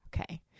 Okay